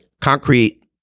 Concrete